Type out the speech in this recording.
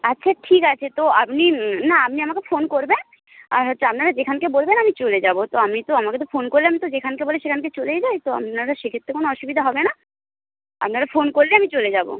আচ্ছা ঠিক আছে তো আপনি না আপনি আমাকে ফোন করবেন আর হচ্ছে আপনারা যেখানকে বলবেন আমি চলে যাব তো আমি তো আমাকে তো ফোন করলে আমি তো যেখানকে বলে সেখানকে চলেই যাই তো আপনাদের সেক্ষেত্রে কোনো অসুবিধে হবে না আপনারা ফোন করলে আমি চলে যাব